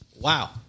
Wow